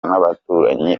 n’abaturanyi